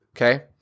okay